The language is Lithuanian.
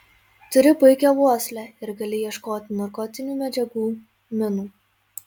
turi puikią uoslę ir gali ieškoti narkotinių medžiagų minų